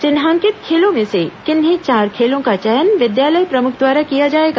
चिन्हांकित खेलों में से किन्हीं चार खेलों का चयन विद्यालय प्रमुख द्वारा किया जाएगा